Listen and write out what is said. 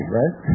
right